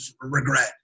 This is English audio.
regret